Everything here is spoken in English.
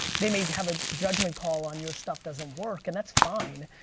they may have a judgment call on your stuff doesn't work and that's fine.